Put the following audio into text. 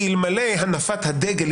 כי אלמלא הנפת הדגל,